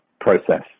process